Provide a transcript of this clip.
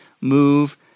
move